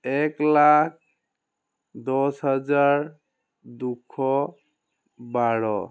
এক লাখ দহ হাজাৰ দুশ বাৰ